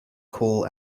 kool